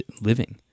living